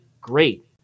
great